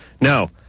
No